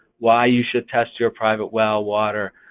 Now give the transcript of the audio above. why you should test your private well water?